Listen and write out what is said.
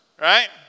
right